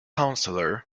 counselor